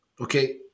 okay